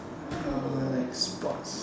uh like sports